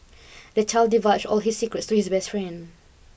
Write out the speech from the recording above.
the child divulged all his secrets to his best friend